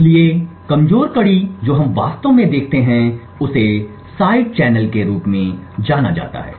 इसलिए कमजोर कड़ी जो हम वास्तव में देखते हैं उसे साइड चैनल के रूप में जाना जाता है